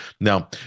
Now